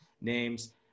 names